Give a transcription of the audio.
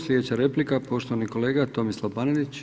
Sljedeća replika poštovani kolega Tomislav Panenić.